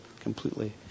completely